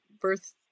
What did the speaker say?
birth